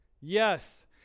yes